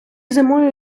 зимою